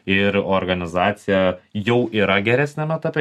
ir organizacija jau yra geresniam etape